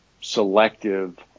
selective